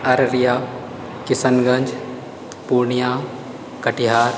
Araria Kishanganj Purnia Katihar